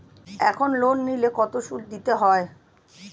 এখন লোন নিলে কত সুদ দিতে হয়?